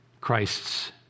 Christ's